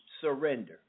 surrender